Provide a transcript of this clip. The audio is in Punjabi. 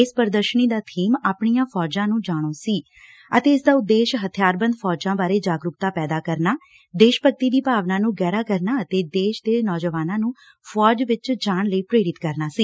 ਇਸ ਪ੍ਰਦਰਸ਼ਨੀ ਦਾ ਬੀਮ ਆਪਣੀਆ ਫੌਜਾ ਨੰ ਜਾਣੋ ਸੀ ਅਤੇ ਇਸਦਾ ਉਦੇਸ਼ ਹਬਿਆਰਬੰਦ ਫੌਜਾਂ ਬਾਰੇ ਜਾਗਰੁਕਤਾ ਪੈਦਾ ਕਰਨ ਦੇਸ਼ਭਗਤੀ ਦੀ ਭਾਵਨਾ ਨ੍ਨੰ ਗਹਿਰਾ ਕਰਨਾ ਅਤੇ ਦੇਸ਼ ਦੇ ਨੌਜਵਾਨਾਂ ਨੁੰ ਫੌਜ ਚ ਜਾਣ ਲਈ ਪੇਰਿਤ ਕਰਨਾ ਸੀ